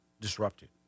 disrupted